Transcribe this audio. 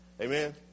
Amen